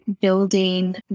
building